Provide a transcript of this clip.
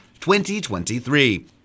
2023